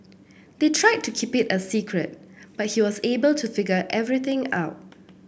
they tried to keep it a secret but he was able to figure everything out